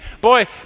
boy